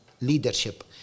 leadership